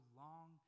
long